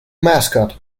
mascot